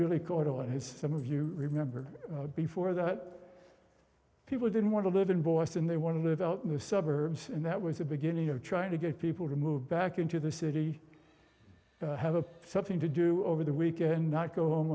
really caught on his some of you remember before that people didn't want to live in boston they want to live out in the suburbs and that was the beginning of trying to get people to move back into the city have a something to do over the weekend not go home